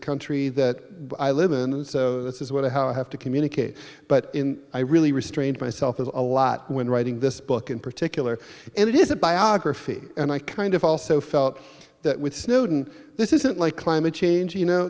country that i live in and so this is what i have to communicate but i really restrained myself as a lot when writing this book in particular and it is a biography and i kind of also felt that with snowden this isn't like climate change you know